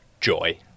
joy